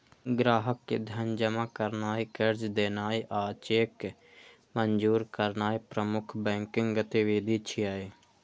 ग्राहक के धन जमा करनाय, कर्ज देनाय आ चेक मंजूर करनाय प्रमुख बैंकिंग गतिविधि छियै